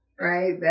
right